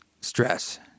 stress